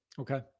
Okay